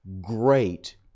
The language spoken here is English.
great